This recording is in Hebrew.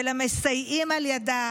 ולמסייעים על ידה,